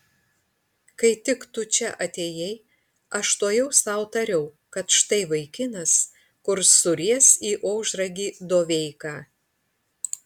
kai tik tu čia atėjai aš tuojau sau tariau kad štai vaikinas kurs suries į ožragį doveiką